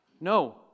No